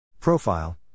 Profile